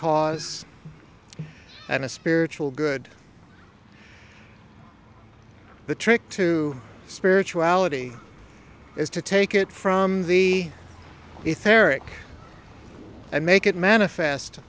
cause and a spiritual good the trick to spirituality is to take it from the youth erik and make it manifest